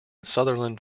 sutherland